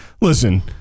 listen